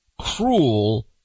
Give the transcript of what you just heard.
cruel